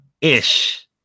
Ish